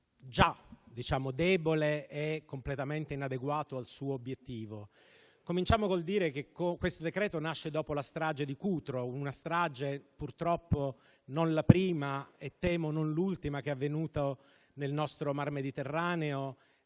già debole e completamente inadeguato al suo obiettivo. Cominciamo col dire che esso nasce dopo la strage di Cutro, purtroppo non la prima e temo non l'ultima che è avvenuta nel nostro Mar Mediterraneo,